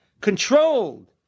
controlled